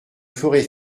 ferez